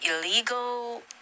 illegal